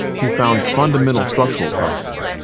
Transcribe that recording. he found fundamental structural problems.